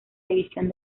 división